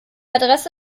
adresse